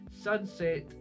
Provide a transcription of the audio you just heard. Sunset